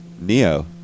Neo